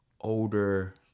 older